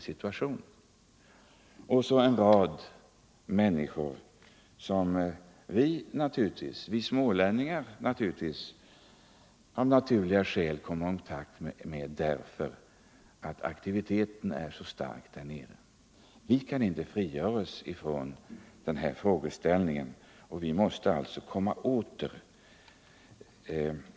Dessutom kommer naturligtvis vi smålänningar, eftersom aktiviteten i vad gäller detta preparat är så hög i våra trakter, i kontakt med en rad människor som behandlats med preparatet. Vi kan inte frigöra oss från den här frågeställningen, och vi måste alltså komma åter.